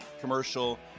commercial